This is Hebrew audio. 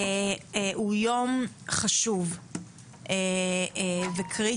הוא יום חשוב וקריטי,